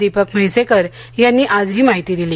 दीपक म्हैसेकर यांनी आज ही माहिती दिली